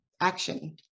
action